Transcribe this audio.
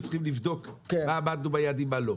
צריכים לבדוק איפה עמדנו ביעדים ואיפה לא.